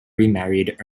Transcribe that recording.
remarried